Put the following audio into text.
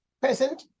present